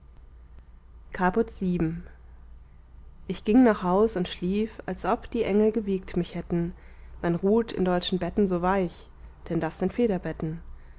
caput vii ich ging nach haus und schlief als ob die engel gewiegt mich hätten man ruht in deutschen betten so weich denn das sind federbetten